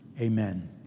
Amen